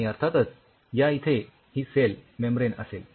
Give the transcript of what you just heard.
आणि अर्थातच या इथे ही सेल मेम्ब्रेन असेल